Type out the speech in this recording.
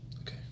okay